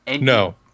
No